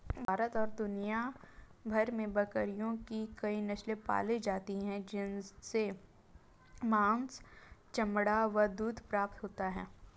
भारत और दुनिया भर में बकरियों की कई नस्ले पाली जाती हैं जिनसे मांस, चमड़ा व दूध प्राप्त होता है